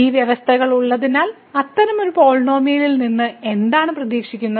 ഈ വ്യവസ്ഥകൾ ഉള്ളതിനാൽ അത്തരമൊരു പോളിനോമിയലിൽ നിന്ന് നമ്മൾ എന്താണ് പ്രതീക്ഷിക്കുന്നത്